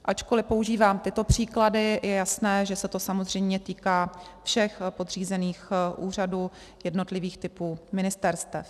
Ačkoliv používám tyto příklady, je jasné, že se to samozřejmě týká všech podřízených úřadů jednotlivých typů ministerstev.